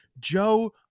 Joe